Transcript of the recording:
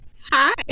Hi